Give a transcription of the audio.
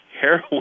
heroin